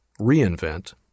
reinvent